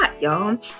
y'all